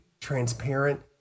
transparent